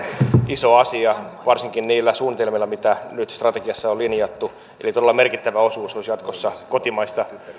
iso asia varsinkin niillä suunnitelmilla mitä nyt strategiassa on linjattu eli todella merkittävä osuus olisi jatkossa kotimaista